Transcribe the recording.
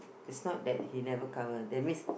is not that he never cover that means